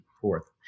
fourth